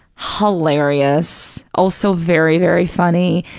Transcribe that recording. hilarious, also very, very funny.